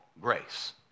grace